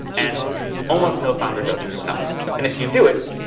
and almost no founder does this enough. and if you do it,